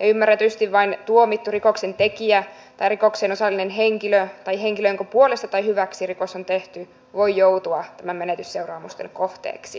ja ymmärretysti vain tuomittu rikoksentekijä tai rikokseen osallinen henkilö tai henkilö jonka puolesta tai hyväksi rikos on tehty voi joutua näiden menetysseuraamusten kohteeksi